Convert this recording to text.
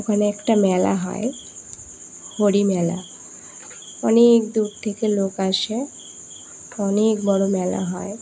ওখানে একটা মেলা হয় হরি মেলা অনেক দূর থেকে লোক আসে অনেক বড়ো মেলা হয়